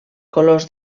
colors